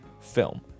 film